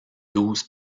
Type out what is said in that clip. douze